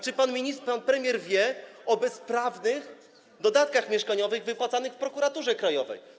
Czy pan premier wie o bezprawnych dodatkach mieszkaniowych wypłacanych w Prokuraturze Krajowej?